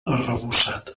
arrebossat